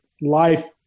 life